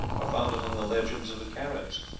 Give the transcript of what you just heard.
are found among the legends of the caribs.